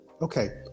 okay